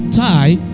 tie